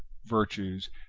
virtues,